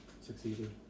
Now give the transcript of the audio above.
succeeded